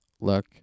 look